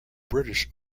british